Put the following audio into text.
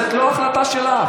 זאת לא החלטה שלך,